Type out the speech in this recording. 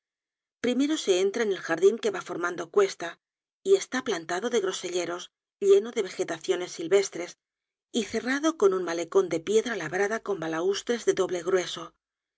primero se entra en el jardin que va formando cuesta y está plantado de groselleros lleno de vegetaciones silvestres y cerrado con un malecon de piedra labrada con balaustres de doble grueso